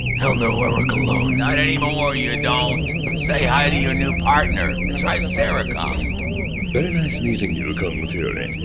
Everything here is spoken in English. hell no, i work alone. not anymore you don't. say hi to your new partner, triceracop. very nice meeting you kung fury,